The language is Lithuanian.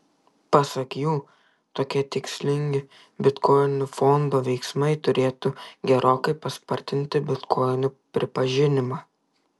pasak jų tokie tikslingi bitkoinų fondo veiksmai turėtų gerokai paspartinti bitkoinų pripažinimą